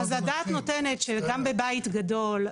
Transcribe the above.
אז הדעת נותנת שגם בבית גדול,